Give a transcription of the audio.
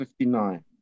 59